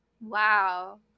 Wow